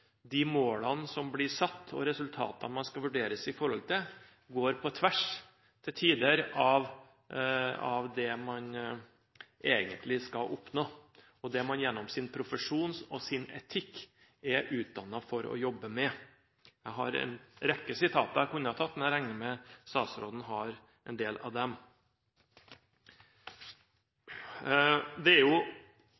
de målene som blir satt, og resultatene man skal vurderes i forhold til, til tider går på tvers av det man egentlig skal oppnå, og det man gjennom sin profesjon – og sin etikk – er utdannet for å jobbe med. Jeg har en rekke sitater jeg kunne ha tatt, men jeg regner med at statsråden har en del av dem.